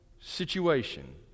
situation